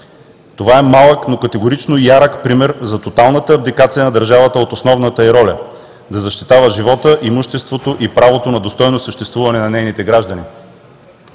Това е малък, но категорично ярък пример за тоталната абдикация на държавата от основната ѝ роля – да защитата живота, имуществото и правото на достойно съществуване на нейните граждани.